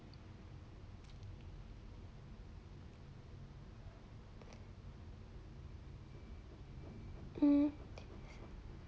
hmm